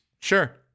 Sure